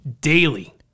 daily